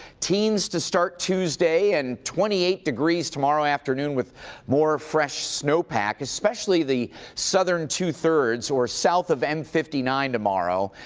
teens to start tuesday, and twenty eight degrees tomorrow afternoon, with more fresh snow pack, especially the southern two thirds or south of m fifty nine tomorrow,